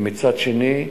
ומצד שני,